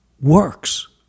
works